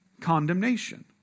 condemnation